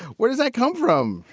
where does that come from?